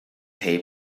pay